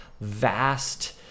vast